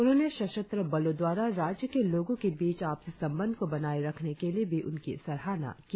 उन्होंने सशस्त्र् बलों द्वारा राज्य के लोगों के बीच आपसी संबंध को बनाए रखने के लिए भी उनकी सराहना की